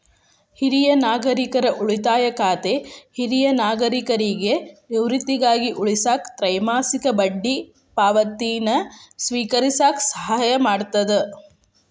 ಹಿರಿಯ ನಾಗರಿಕರ ಉಳಿತಾಯ ಖಾತೆ ಹಿರಿಯ ನಾಗರಿಕರಿಗಿ ನಿವೃತ್ತಿಗಾಗಿ ಉಳಿಸಾಕ ತ್ರೈಮಾಸಿಕ ಬಡ್ಡಿ ಪಾವತಿನ ಸ್ವೇಕರಿಸಕ ಸಹಾಯ ಮಾಡ್ತದ